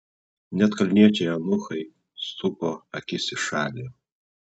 net kalniečiai eunuchai suko akis į šalį